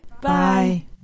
Bye